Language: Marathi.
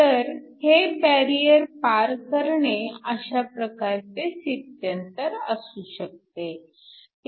तर हे बॅरिअर पार करणे अशा प्रकारचे स्थित्यंतर असू शकते